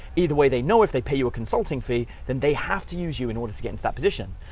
either way, they know if they pay you a consulting fee, than they have to use you in order to get into that position.